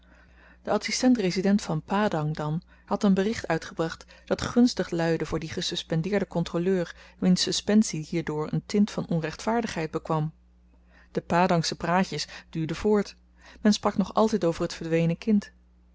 de adsistent resident van padang dan had een bericht uitgebracht dat gunstig luidde voor dien gesuspendeerden kontroleur wiens suspensie hierdoor een tint van onrechtvaardigheid bekwam de padangsche praatjes duurden voort men sprak nog altyd over t verdwenen kind